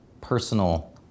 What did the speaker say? personal